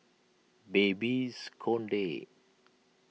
Babes Conde